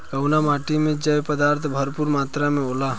कउना माटी मे जैव पदार्थ भरपूर मात्रा में होला?